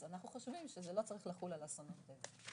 אנחנו חושבים שזה לא צריך לחול על אסונות טבע.